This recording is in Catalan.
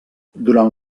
durant